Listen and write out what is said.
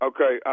Okay